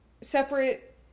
separate